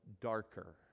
darker